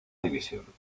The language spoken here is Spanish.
división